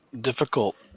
difficult